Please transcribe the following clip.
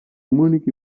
múnich